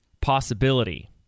possibility